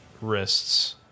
wrists